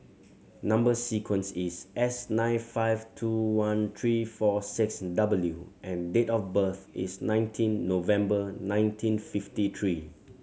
number sequence is S nine five two one three four six W and date of birth is nineteen November nineteen fifty three